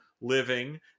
living